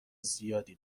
زیادی